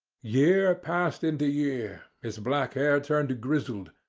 year passed into year, his black hair turned grizzled,